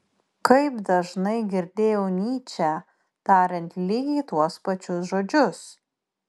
kaip dažnai girdėjau nyčę tariant lygiai tuos pačius žodžius